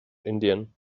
indien